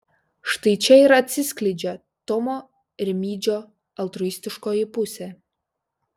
štai čia ir atsiskleidžia tomo rimydžio altruistiškoji pusė